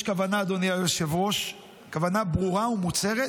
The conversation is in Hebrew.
יש כוונה, אדוני היושב-ראש, כוונה ברורה ומוצהרת,